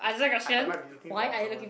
I I might be looking for someone